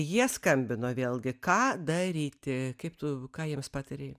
jie skambino vėlgi ką daryti kaip tu ką jiems patarei